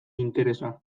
interesa